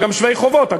וגם שווי חובות,